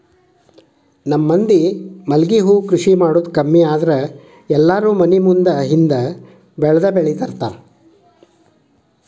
ನಮ್ಮ ಮಂದಿ ಮಲ್ಲಿಗೆ ಹೂ ಕೃಷಿ ಮಾಡುದ ಕಮ್ಮಿ ಆದ್ರ ಎಲ್ಲಾರೂ ಮನಿ ಮುಂದ ಹಿಂದ ಬೆಳ್ದಬೆಳ್ದಿರ್ತಾರ